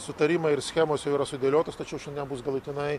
sutarimai ir schemos jau yra sudėliotas tačiau šiandien bus galutinai